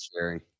sharing